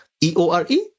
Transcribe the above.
E-O-R-E